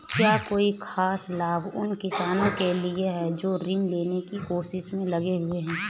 क्या कोई खास लाभ उन किसानों के लिए हैं जो ऋृण लेने की कोशिश में लगे हुए हैं?